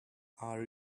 are